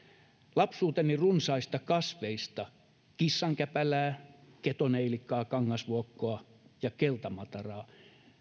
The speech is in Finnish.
lapsuuteni runsaista kasveista kissankäpälää ketoneilikkaa kangasvuokkoa ja keltamataraa